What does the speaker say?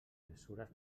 mesures